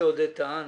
עודד טען